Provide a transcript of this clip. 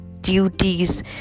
duties